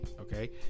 Okay